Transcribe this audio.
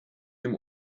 dem